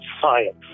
science